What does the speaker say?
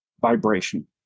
vibration